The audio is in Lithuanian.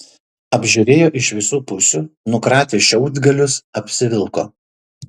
apžiūrėjo iš visų pusių nukratė šiaudgalius apsivilko